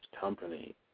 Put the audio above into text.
company